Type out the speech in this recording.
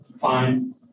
fine